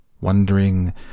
wondering